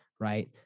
right